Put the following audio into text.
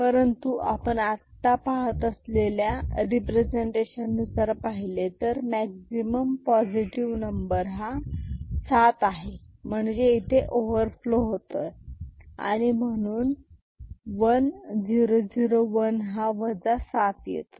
परंतु आपण आत्ता पाहत असलेल्या प्रेझेंटेशन नुसार पाहिले तर मॅक्झिमम पॉझिटिव्ह नंबर सात आहे म्हणजे इथे ओव्हरफ्लो आहे आणि म्हणून 1 0 0 1 हा 7 येतो